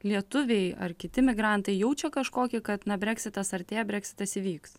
lietuviai ar kiti emigrantai jaučia kažkokį kad na breksitas artėja breksitas įvyks